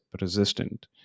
resistant